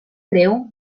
greu